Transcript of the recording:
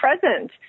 present